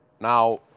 Now